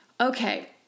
Okay